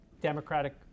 Democratic